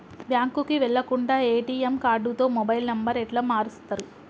బ్యాంకుకి వెళ్లకుండా ఎ.టి.ఎమ్ కార్డుతో మొబైల్ నంబర్ ఎట్ల మారుస్తరు?